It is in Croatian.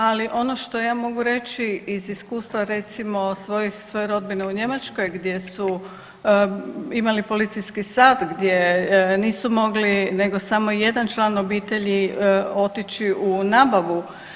Ali ono što ja mogu reći iz iskustva recimo svoje rodbine u Njemačkoj gdje su imali policijski sat, gdje nisu mogli nego samo jedan član obitelji otići u nabavu.